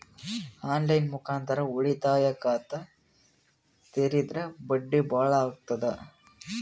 On line ಮುಖಾಂತರ ಉಳಿತಾಯ ಖಾತ ತೇರಿದ್ರ ಬಡ್ಡಿ ಬಹಳ ಅಗತದ?